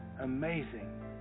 amazing